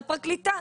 על הפרקליטה,